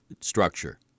structure